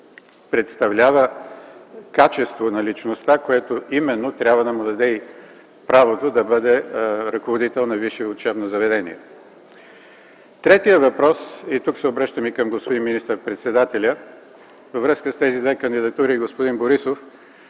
представлява качество на личността, което именно трябва да му даде и правото да бъде ръководител на висше учебно заведение. Третият въпрос (тук се обръщам и към господин министър-председателя) във връзка с тези две кандидатури, господин Борисов,